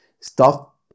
stop